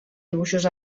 dibuixos